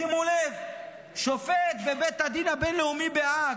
שימו לב, שופט בבית הדין הבין-לאומי בהאג,